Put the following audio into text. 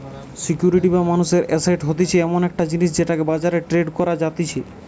security বা মানুষের asset হতিছে এমন একটা জিনিস যেটাকে বাজারে ট্রেড করা যাতিছে